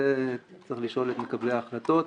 זה צריך לשאול את מקבלי ההחלטות.